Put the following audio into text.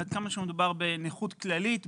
ועד כמה שמדובר בנכות כללית,